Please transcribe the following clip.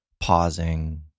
Pausing